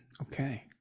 Okay